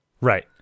right